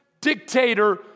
dictator